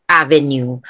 avenue